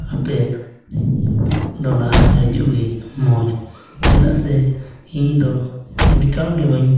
ᱟᱯᱮ ᱫᱚ ᱞᱟᱦᱟᱨᱮ ᱦᱟᱹᱡᱩᱜ ᱜᱮ ᱢᱚᱡᱽ ᱪᱮᱫᱟᱜ ᱥᱮ ᱤᱧ ᱫᱚ ᱮᱠᱟᱞ ᱜᱮ ᱵᱟᱹᱧ